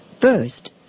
First